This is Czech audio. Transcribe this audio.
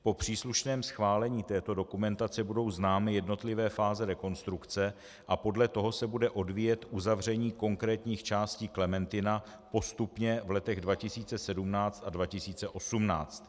Po příslušném schválení této dokumentace budou známy jednotlivé fáze rekonstrukce a podle toho se bude odvíjet uzavření konkrétních částí Klementina postupně v letech 2017 a 2018.